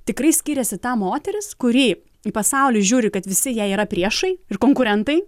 tikrai skiriasi ta moteris kuri į pasaulį žiūri kad visi jie yra priešai ir konkurentai